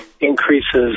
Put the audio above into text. increases